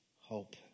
hope